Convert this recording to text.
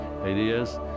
ideas